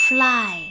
Fly